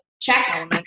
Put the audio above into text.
check